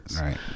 right